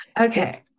Okay